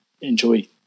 enjoy